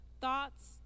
thoughts